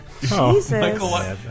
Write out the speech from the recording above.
Jesus